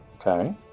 Okay